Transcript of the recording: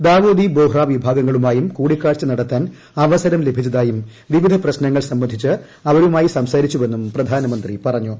ഡാവുദീ ബോഹ്റ വിഭാഗങ്ങളുമായും കൂടിക്കാഴ്ച നടത്താൻ അവസരം ലഭിച്ചതായും വിവിധ പ്രശ്നങ്ങൾ സംബന്ധിച്ച് അവരുമായി സംസാരിച്ചുവെന്നും പ്രധാനമന്ത്രി പറഞ്ഞു